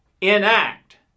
enact